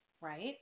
Right